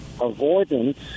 avoidance